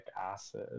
acid